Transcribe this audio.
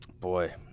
boy